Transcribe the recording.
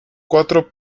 cuatro